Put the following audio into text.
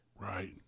right